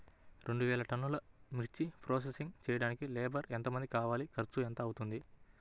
రెండు వేలు టన్నుల మిర్చి ప్రోసెసింగ్ చేయడానికి లేబర్ ఎంతమంది కావాలి, ఖర్చు ఎంత అవుతుంది?